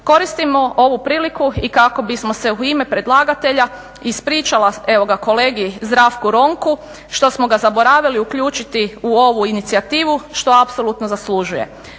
Koristimo ovu priliku i kako bismo se u ime predlagatelja ispričala evo ga kolegi Zdravku Ronku što smo ga zaboravili uključiti u ovu inicijativu što apsolutno zaslužuje.